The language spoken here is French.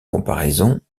comparaison